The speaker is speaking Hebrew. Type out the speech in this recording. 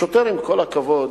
השוטר, עם כל הכבוד,